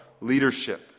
leadership